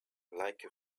like